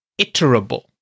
iterable